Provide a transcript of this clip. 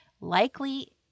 likely